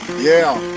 yeah,